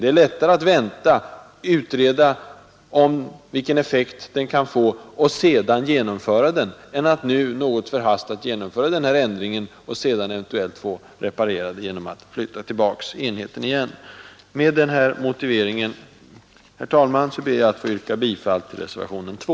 Det är lättare att vänta och utreda vilken effekt ändringen kan få och sedan genomföra den än att nu något förhastat genomföra den och sedan eventuellt få reparera detta genom att flytta tillbaka enheten igen. Med den här motiveringen, herr talman, ber jag att få yrka bifall till reservationen 2.